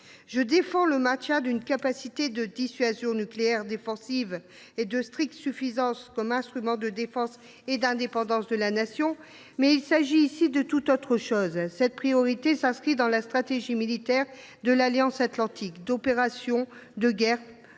Je défends le maintien d’une capacité de dissuasion nucléaire défensive et de stricte suffisance comme instrument de défense et d’indépendance de la Nation. Mais il s’agit ici de tout autre chose. Cette priorité s’inscrit dans la stratégie militaire de l’Alliance atlantique, d’opérations et de guerres